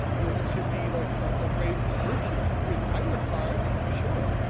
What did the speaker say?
you know, should be like a great virtue? i mean i work hard, sure,